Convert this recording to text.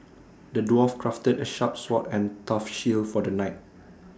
the dwarf crafted A sharp sword and tough shield for the knight